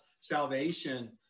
salvation